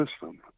system